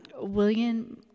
william